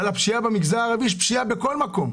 בפשיעה במגזר הערבי, יש פשיעה בכל מקום.